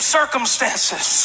circumstances